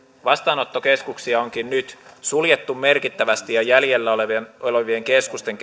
vastaanottokeskuksia onkin nyt suljettu merkittävästi ja jäljellä olevien olevien keskusten